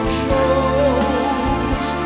shows